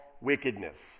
wickedness